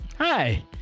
Hi